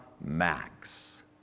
max